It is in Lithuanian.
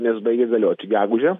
nes baigia galioti gegužę